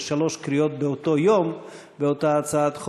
שלוש קריאות באותו יום של אותה הצעת חוק,